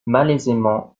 malaisément